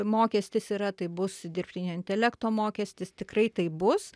mokestis yra tai bus dirbtinio intelekto mokestis tikrai tai bus